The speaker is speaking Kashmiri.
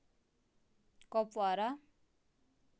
کۄپوارہ